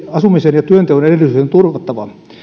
asumisen ja työnteon edellytykset on turvattava